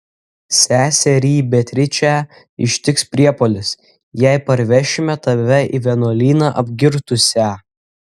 seserį beatričę ištiks priepuolis jei parvešime tave į vienuolyną apgirtusią